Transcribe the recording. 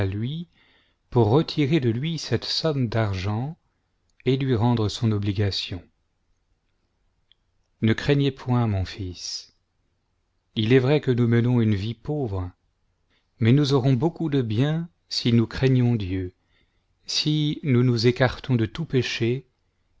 pour retirer de lui cette somme d'argent et lui rendre son obligation ne craignez point mon fils il est vrai que nous menons une vie pauvre mais nous aurons beaucoup de biens si nous craignons dieu si nous nous écartons de tout péché